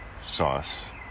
sauce